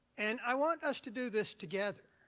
and i want us to do this together,